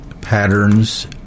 patterns